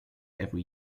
every